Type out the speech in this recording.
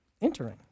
entering